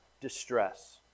distress